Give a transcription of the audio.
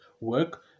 work